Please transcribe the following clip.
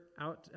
out